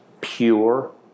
pure